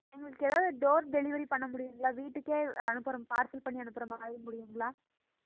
எங்களுக்கு ஏதாவது door delivery பண்ண முடியும்ங்களா வீட்டுக்கே அனுப்புகிற பார்சல் பண்ணி அனுப்புகிற மாதிரி முடியும்ங்களா